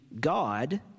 God